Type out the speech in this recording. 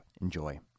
Enjoy